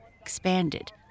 expanded